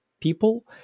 people